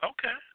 Okay